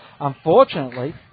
Unfortunately